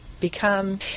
become